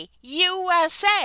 USA